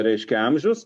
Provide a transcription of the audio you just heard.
reiškia amžius